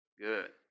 Good